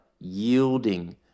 yielding